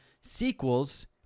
sequels